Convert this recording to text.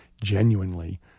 genuinely